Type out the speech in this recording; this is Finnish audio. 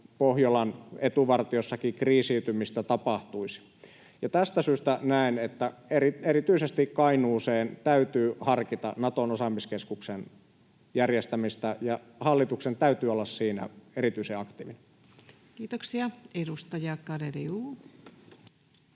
Pohjolan etuvartiossakin kriisiytymistä tapahtuisi. Tästä syystä näen, että erityisesti Kainuuseen täytyy harkita Naton osaamiskeskuksen järjestämistä ja hallituksen täytyy olla siinä erityisen aktiivinen. Kiitoksia. — Edustaja Garedew.